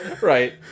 Right